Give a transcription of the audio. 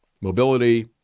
mobility